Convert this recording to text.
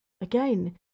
again